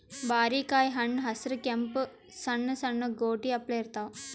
ಬಾರಿಕಾಯಿ ಹಣ್ಣ್ ಹಸ್ರ್ ಕೆಂಪ್ ಸಣ್ಣು ಸಣ್ಣು ಗೋಟಿ ಅಪ್ಲೆ ಇರ್ತವ್